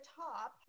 top